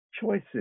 Choices